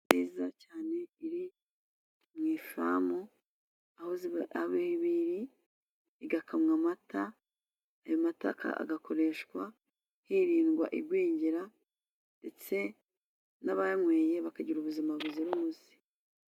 Nziza cyane iri mu ifamu, aho iri igakamwa amata, ayo mataka agakoreshwa hirindwa igwingira, ndetse n'abayanyweye bakagira ubuzima buzira umuze